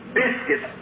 biscuit